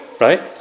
right